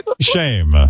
Shame